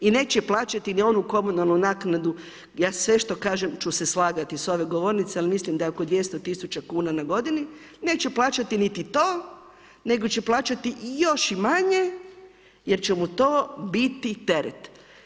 I neće plaćati ni onu komunalnu naknadu, ja sve što kažem ću se slagati sa ove govornice jer mislim da je oko 200 tisuća kuna na godini, neću plaćati niti to nego ću plaćati i još i manje jer će mu to biti teret.